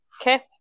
Okay